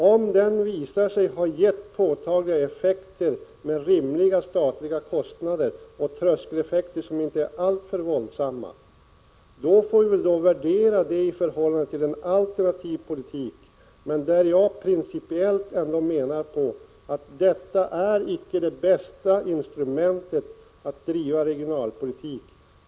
Om det visar sig bli påtagliga effekter med rimliga statliga kostnader och tröskeleffekter som inte är alltför våldsamma, får vi värdera dem i förhållande till en alternativ politik. Principiellt anser jag att detta icke är det bästa instrumentet för att driva regionalpolitik.